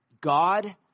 God